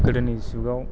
गोदोनि जुगाव